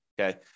okay